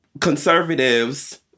conservatives